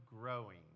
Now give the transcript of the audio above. growing